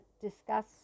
discuss